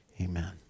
Amen